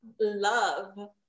Love